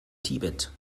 tibet